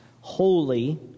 holy